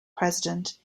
president